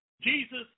Jesus